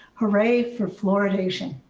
hooray for fluoridation.